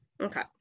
okay